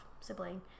sibling